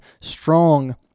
strong